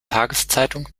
tageszeitung